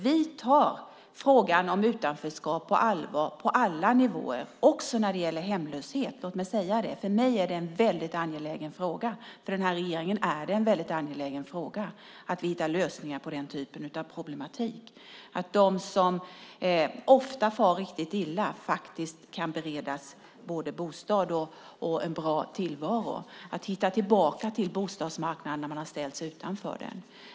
Vi tar frågan om utanförskap på allvar på alla nivåer, också när det gäller hemlöshet. Låt mig säga det: För mig är det en väldigt angelägen fråga, och för den här regeringen är det en väldigt angelägen fråga att vi hittar lösningar på den typen av problematik så att de som ofta far riktigt illa faktiskt kan beredas både bostad och en bra tillvaro och så att man kan få hitta tillbaka till bostadsmarknaden när man har ställts utanför den.